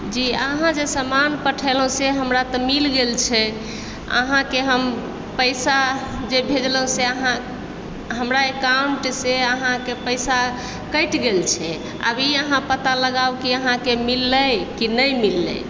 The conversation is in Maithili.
जी अहाँ जे सामान पठेलहुँ से हमरा तऽ मिल गेल छै अहाँकेँ हम पैसा जे भेजलहुँ से अहाँ हमरा एकाउंटसँ अहाँकेँ पैसा कटि गेल छै आब ई अहाँ पता लगाउ कि अहाँकेँ मिललै कि नहि मिललै